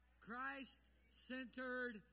Christ-centered